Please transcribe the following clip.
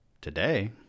today